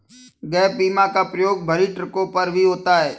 gap बीमा का प्रयोग भरी ट्रकों पर भी होता है